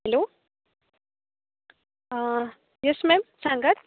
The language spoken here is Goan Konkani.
हेलो येस मेम सांगात